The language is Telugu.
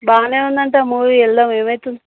బాగా ఉంది అంట మూవీ వెళ్దాం ఏమి అవుతుంది